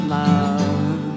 love